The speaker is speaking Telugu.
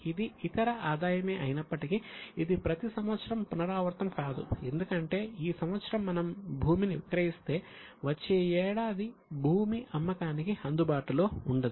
ఇది ఇతర ఆదాయమే అయినప్పటికీ ఇది ప్రతి సంవత్సరం పునరావృతం కాదు ఎందుకంటే ఈ సంవత్సరం మనం భూమిని విక్రయిస్తే వచ్చే ఏడాది భూమి అమ్మకానికి అందుబాటులో ఉండదు